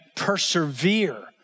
persevere